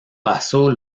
pasó